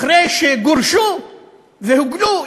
אחרי שגורשו והוגלו,